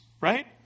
right